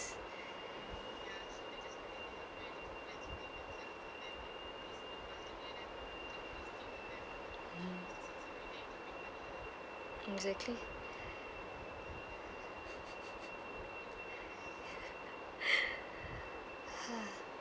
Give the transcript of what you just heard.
exactly